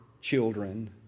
children